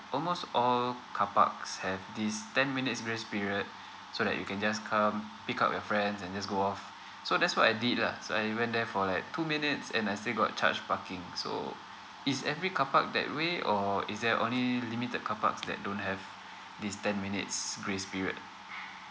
almost all carparks have this ten minutes grace period so that you can just come pick up your friends and just go off so that's what I did lah so I went there for like two minutes and I still got charge parking so is every carpark that way or is there only limited carparks that don't have this ten minutes grace period